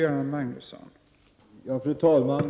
Fru talman!